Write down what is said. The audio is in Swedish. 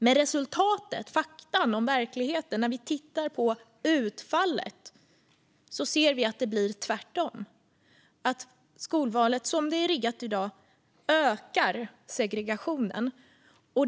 Men fakta och resultat, utfallet i verkligheten, är att det blir tvärtom. Skolvalet som det är riggat i dag ökar segregationen.